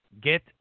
get